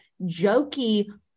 jokey